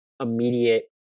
immediate